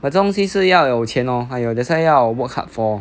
but 这种东西是要有钱 lor !aiyo! that's why 要 work hard for